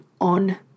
on